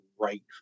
right